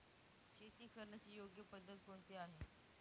शेती करण्याची योग्य पद्धत कोणती आहे?